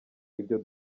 ibyo